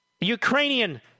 Ukrainian